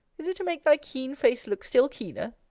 is it to make thy keen face look still keener?